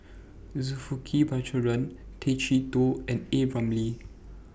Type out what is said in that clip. Zulkifli Baharudin Tay Chee Toh and A Ramli